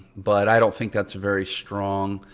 but i don't think that's very strong.